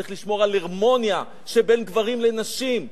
צריך לשמור על הרמוניה בין גברים לנשים,